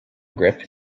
grip